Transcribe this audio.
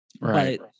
Right